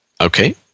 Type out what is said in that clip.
Okay